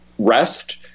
rest